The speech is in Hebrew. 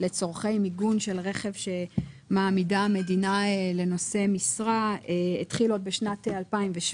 לצורכי מיגון של רכב שמעמידה המדינה לנושאי משרה התחיל עוד בשנת 2017,